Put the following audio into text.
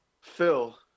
Phil